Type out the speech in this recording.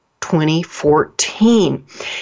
2014